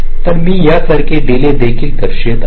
तर मी यासारखे डीले देखील दर्शवित आहे